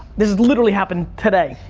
this literally happened today,